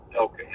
Okay